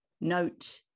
note